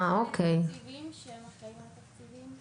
יש נציגים שהם אחראים על התקציבים.